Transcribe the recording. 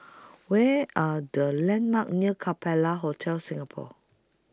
Where Are The landmarks near Capella Hotel Singapore